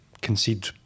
concede